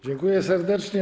Dziękuję serdecznie.